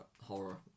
horror